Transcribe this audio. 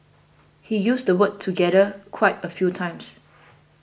he used the word together quite a few times